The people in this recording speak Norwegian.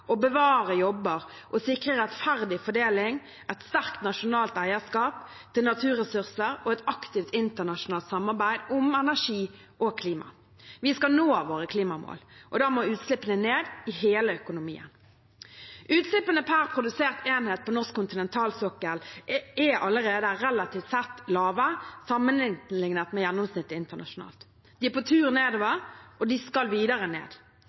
bevare jobber og sikre rettferdig fordeling, et sterkt nasjonalt eierskap til naturressurser og et aktivt internasjonalt samarbeid om energi og klima. Vi skal nå våre klimamål. Da må utslippene ned i hele økonomien. Utslippene per produsert enhet på norsk kontinentalsokkel er allerede relativt sett lave sammenliknet med gjennomsnittet internasjonalt. De er på tur nedover, og de skal videre ned.